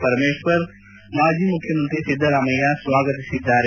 ಪರಮೇಶ್ವರ್ ಮಾಜಿ ಮುಖ್ಯಮಂತ್ರಿ ಸಿದ್ದರಾಮಯ್ಯ ಸ್ವಾಗತಿಸಿದ್ದಾರೆ